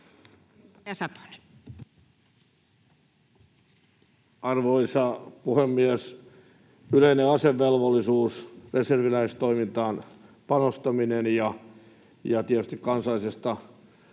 Arvoisa puhemies! Yleinen asevelvollisuus, reserviläistoimintaan panostaminen ja tietysti kansallisesta